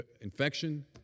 infection